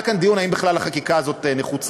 היה כאן דיון האם בכלל החקיקה הזאת נחוצה.